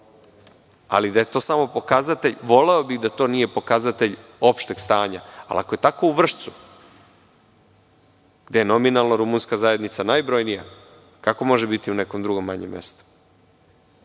ali da je to samo pokazatelj. Voleo bih da to nije pokazatelj opšteg stanja. Ako je tako u Vršcu gde je nominalna rumunska zajednica najbrojnija kako može biti u nekom drugom manjem mestu. To